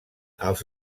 als